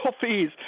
fees